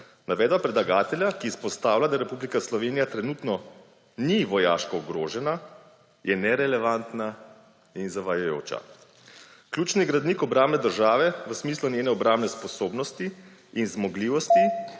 Navedba predlagatelja, ki izpostavlja da Republika Slovenija trenutno ni vojaško ogrožena, je ne relevantna in zavajajoča. Ključni gradnik obrambe države v smislu njene obrambne sposobnosti in zmogljivosti